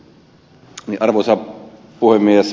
kun ed